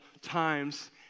times